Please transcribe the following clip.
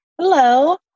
Hello